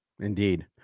Indeed